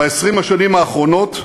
ב-20 השנים האחרונות,